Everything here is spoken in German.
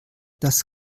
das